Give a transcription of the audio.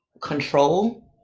control